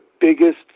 biggest